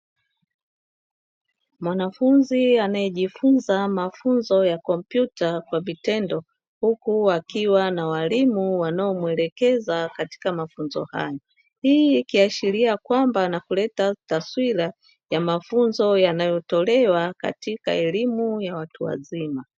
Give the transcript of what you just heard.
Mwanafunzi anayejifunza mafunzo ya kompyuta kwa vitendo, huku akiwa na walimu wanaomuelekeza katika mafunzo hayo. Hii ikiashiria kwamba na kuleta taswira ya mafunzo yanayotolewa katika elimu ya watu wazima.